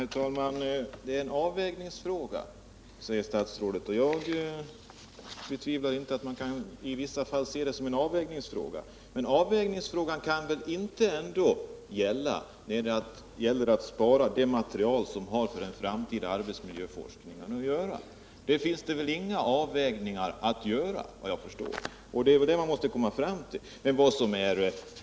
Herr talman! Det är en avvägningsfråga, säger statsrådet. Jag betvivlar inte att man i vissa fall kan se det som en sådan. Men avvägningsfrågan kan väl ändå inte vara aktuell när det gäller att spara det material som har med den framtida arbetsmiljöforskningen att göra. Där finns det ingen avvägning —det är det som man måste komma fram till.